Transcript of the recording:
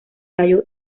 tallo